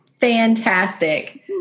fantastic